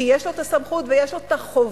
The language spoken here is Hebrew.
כי יש לו הסמכות ויש לו החובה.